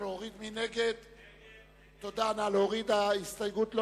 קבוצת סיעת רע"ם-תע"ל וקבוצת סיעת האיחוד הלאומי לסעיף 136(5)